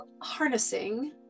harnessing